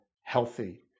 healthy